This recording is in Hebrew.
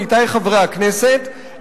עמיתי חברי הכנסת,